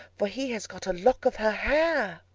for he has got a lock of her hair.